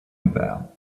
about